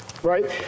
right